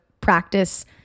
practice